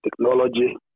technology